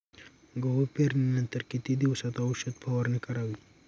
गहू पेरणीनंतर किती दिवसात औषध फवारणी करावी?